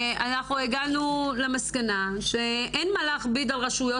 הגענו למסקנה שאין מה להכביד על הרשויות